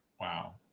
wow